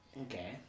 Okay